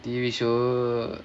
T_V show